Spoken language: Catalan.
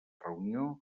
reunió